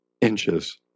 inches